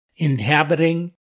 inhabiting